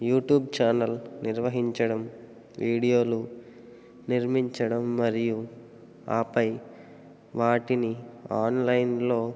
YouTube channel నిర్వహించడం వీడియోలు నిర్మించడం మరియు ఆపై వాటిని ఆన్లైన్లో